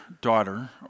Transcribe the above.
daughter